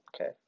Okay